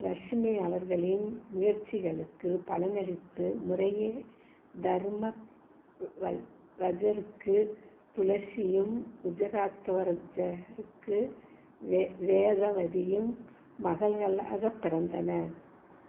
லக்ஷ்மி அவர்களின் முயற்சிகளுக்குப் பலனளித்து முறையே தர்மத்வவஜருக்கு துளசியும் குஜராத்வஜருக்கு வே வேதவதியும் மகள்களாகப் பிறந்தனர்